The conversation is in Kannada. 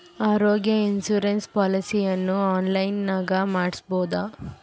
ಆರೋಗ್ಯ ಇನ್ಸುರೆನ್ಸ್ ಪಾಲಿಸಿಯನ್ನು ಆನ್ಲೈನಿನಾಗ ಮಾಡಿಸ್ಬೋದ?